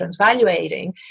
transvaluating